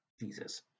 Jesus